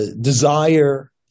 desire